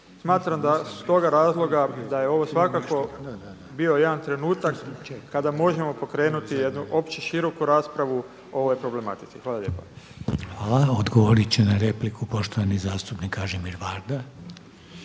Smatram da stoga razloga da je ovo svakako bio jedan trenutak kada možemo pokrenuti jednu opće široku raspravu o ovoj problematici. Hvala lijepa. **Reiner, Željko (HDZ)** Hvala. Odgovorit će na repliku poštovani zastupnik Kažimir Varda.